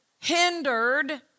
hindered